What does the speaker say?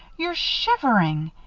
you're shivering!